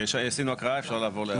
עשינו הקראה, אפשר לעבור להערות.